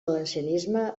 valencianisme